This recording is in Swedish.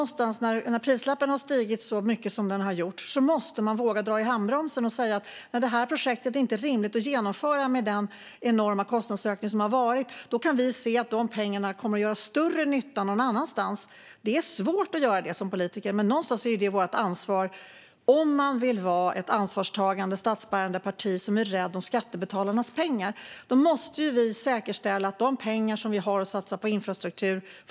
När prislappen har stigit så mycket som den har gjort måste man våga dra i handbromsen och säga: Det är inte rimligt med den enorma kostnadsökning som vi har sett när det gäller att genomföra det här projektet. Vi kan se att de pengarna kommer att göra större nytta någon annanstans. Det är svårt att göra det som politiker. Men någonstans är det vårt ansvar. Om man vill vara ett ansvarstagande statsbärande parti som är rädd om skattebetalarnas pengar måste man säkerställa att de pengar man satsar går till rätt saker.